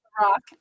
Rock